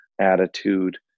attitude